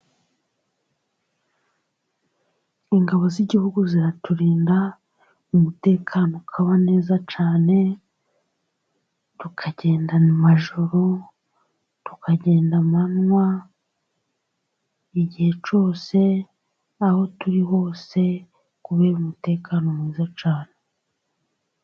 Ingabo z'igihugu ziraturinda, umutekano ukaba neza cyane, tukagenda amajoro, tukagenda amanywa, igihe cyose, aho turi hose, kubera umutekano mwiza cyane.